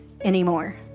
anymore